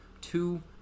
two